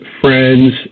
friends